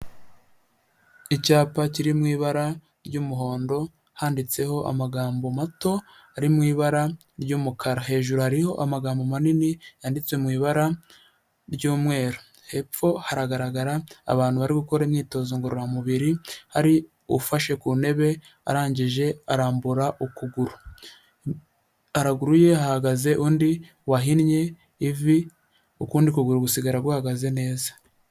Icyapa kiri mu ibara ry'umuhondo, handitseho amagambo mato, ari mu ibara ry'umukara hejuru hariho amagambo manini yanditse mu ibara ry'umweru. Hepfo haragaragara abantu bari gukora imyitozo ngororamubiri, hari ufashe ku ntebe arangije arambura ukuguru. Haru guru ye hahagaze undi wahinnye ivi ukundi kuguru gusigara guhagaze neza.